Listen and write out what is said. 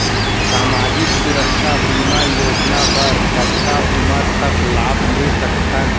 सामाजिक सुरक्षा बीमा योजना बर कतका उमर तक लाभ ले सकथन?